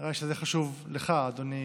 נראה לי שזה חשוב לך, אדוני